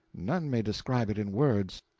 none may describe it in words.